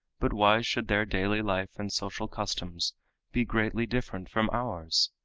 but why should their daily life and social customs be greatly different from ours?